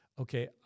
okay